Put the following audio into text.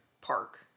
Park